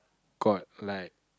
got like